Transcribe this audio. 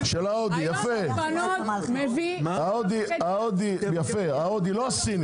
היום מספנות מביא 7.5%. אנו מדברים